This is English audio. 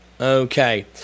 Okay